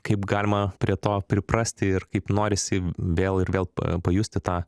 kaip galima prie to priprasti ir kaip norisi vėl ir vėl pajusti tą